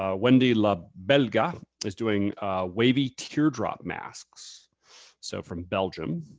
ah wendy la belga is doing wavy teardrop masks so from belgium.